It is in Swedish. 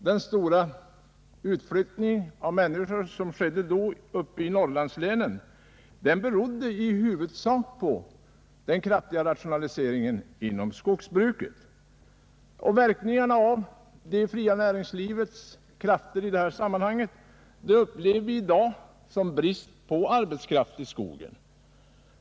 Den stora utflyttning av människor som då skedde uppe i Norrlandslänen berodde i huvudsak på den kraftiga rationaliseringen inom skogsbruket. Verkningarna av det fria näringslivets krafter i detta sammanhang upplever vi i dag som brist på arbetskraft i skogen.